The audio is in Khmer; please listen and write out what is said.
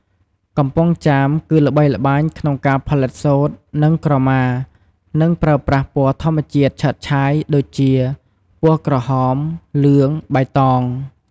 កំពង់ចាម គឺល្បីល្បាញ ក្នុងការផលិតសូត្រ និងក្រមា និងប្រើប្រាស់ ពណ៌ធម្មជាតិឆើតឆាយ ដូចជា ពណ៌ក្រហម លឿង បៃតង។